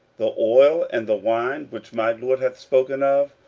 the oil, and the wine, which my lord hath spoken of,